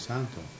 Santo